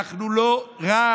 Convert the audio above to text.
אנחנו לא רע"מ,